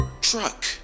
Truck